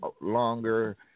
longer